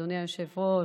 אדוני היושב-ראש,